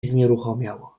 znieruchomiał